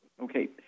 Okay